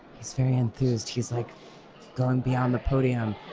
he's very enthused. he's like gone beyond the podium.